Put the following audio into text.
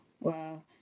Wow